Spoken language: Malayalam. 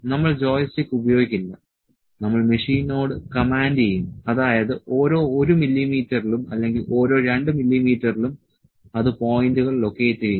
നമ്മൾ ജോയിസ്റ്റിക്ക് ഉപയോഗിക്കില്ല നമ്മൾ മെഷീനോട് കമാൻഡ് ചെയ്യും അതായത് ഓരോ 1 മില്ലീമീറ്ററിലും അല്ലെങ്കിൽ ഓരോ 2 മില്ലീമീറ്ററിലും അത് പോയിന്റുകൾ ലൊക്കേറ്റ് ചെയ്യും